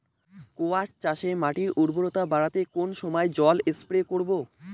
কোয়াস চাষে মাটির উর্বরতা বাড়াতে কোন সময় জল স্প্রে করব?